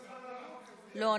לא,